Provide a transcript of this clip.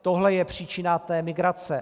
Tohle je příčina té migrace.